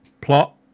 Plot